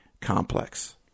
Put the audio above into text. complex